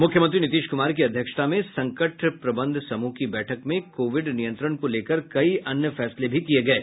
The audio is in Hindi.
मुख्यमंत्री नीतीश कुमार की अध्यक्षता में संकट प्रबंध समूह की बैठक में कोविड नियंत्रण को लेकर कई अन्य फैसले भी किये गये